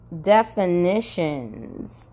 definitions